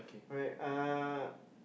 right uh